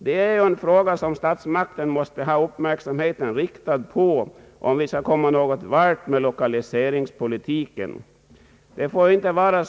Detta är ett förhållande som statsmakterna måste ha sin uppmärksamhet riktad på om vi skall komma någon vart med lokaliseringspolitiken.